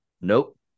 Nope